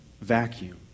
vacuum